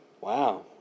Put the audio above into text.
Wow